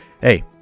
hey